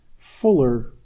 fuller